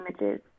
images